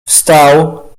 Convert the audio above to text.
wstał